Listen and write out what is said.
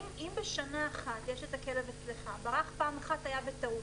אם הכלב ברח פעם אחת זו טעות,